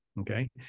okay